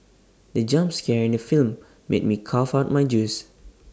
the jump scare in the film made me cough out my juice